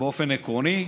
באופן עקרוני.